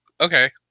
okay